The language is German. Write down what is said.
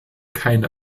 keine